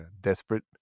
desperate